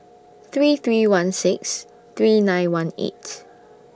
three three one six three nine one eight